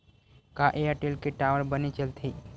का एयरटेल के टावर बने चलथे?